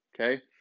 Okay